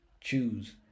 choose